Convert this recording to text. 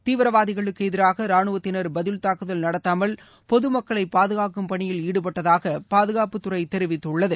தீவிரவாதிகளுக்கு எதிராக ரானுவத்தினர் பதில் தாக்குதல் நடத்தாமல் பொது மக்களை பாதுகாக்கும் பணியில் ஈடுபட்டதாக பாதுகாப்புத்துறை தெரிவித்துள்ளது